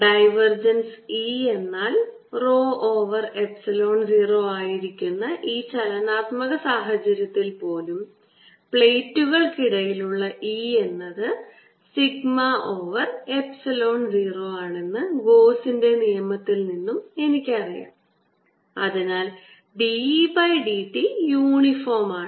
divergence E എന്നാൽ rho over epsilon 0 ആയിരിക്കുന്ന ഈ ചലനാത്മക സാഹചര്യത്തിൽ പോലും പ്ലേറ്റുകൾക്കിടയിലുള്ള E എന്നത് സിഗ്മ ഓവർ ഇപ്സിലോൺ 0 ആണെന്ന് ഗോസിന്റെ നിയമത്തിൽ നിന്നും എനിക്കറിയാം അതിനാൽ d E by d t യൂണിഫോമാണ്